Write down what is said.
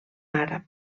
àrab